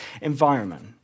environment